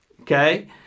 okay